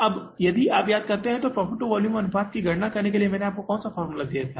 अब यदि आप याद करते हैं कि प्रॉफिट टू वॉल्यूम अनुपात की गणना करने के लिए मैंने आपको कौन सा फॉर्मूला दिया है